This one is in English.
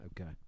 Okay